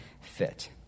fit